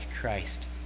Christ